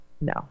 no